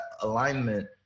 alignment